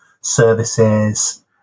services